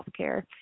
healthcare